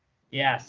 yeah. see,